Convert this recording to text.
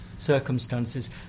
Circumstances